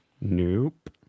Nope